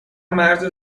مرز